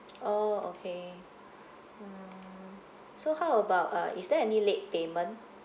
oh okay mm so how about uh is there any late payment